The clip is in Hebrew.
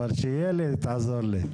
אבל כשיהיה לי תעזור לי.